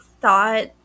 thought